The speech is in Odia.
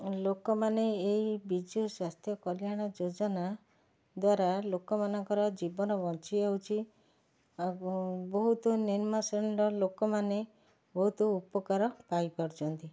ଲୋକମାନେ ଏଇ ବିଜୁସ୍ୱାସ୍ଥ୍ୟ କଲ୍ୟାଣ ଯୋଜନା ଦ୍ୱାରା ଲୋକମାନଙ୍କର ଜୀବନ ବଞ୍ଚିଯାଉଛି ଆଉ ବହୁତ ନିମ୍ନ ଶ୍ରେଣୀର ଲୋକମାନେ ବହୁତ ଉପକାର ପାଇପାରୁଛନ୍ତି